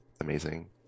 amazing